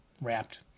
wrapped